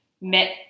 met